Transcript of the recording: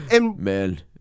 man